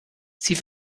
sie